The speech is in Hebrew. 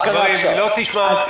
היא לא תשמע,